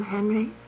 Henry